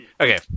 okay